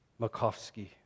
Makovsky